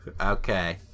Okay